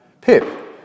Pip